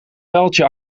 vuiltje